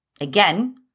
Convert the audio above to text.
Again